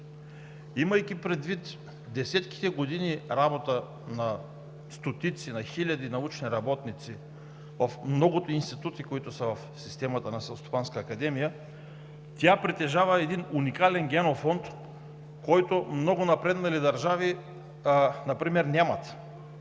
Имайки предвид десетките години работа на стотици, на хиляди научни работници в многото институти в системата на Селскостопанската академия, тя притежава един уникален генофонд, който много напреднали държави например нямат.